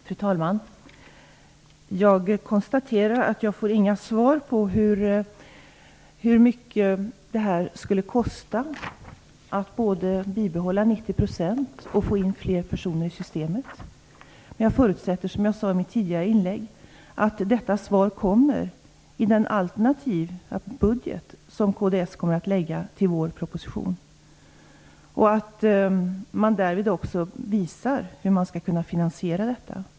Fru talman! Jag konstaterar att jag inte får några svar på hur mycket det skulle kosta att både bibehålla nivån 90 % och få in fler personer i systemet. Jag förutsätter, som jag sade i mitt tidigare inlägg, att detta svar kommer i den alternativa budget som kds kommer att lägga fram i anslutning till regeringens proposition och att man därvid också visar hur man skall kunna finansiera detta.